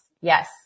Yes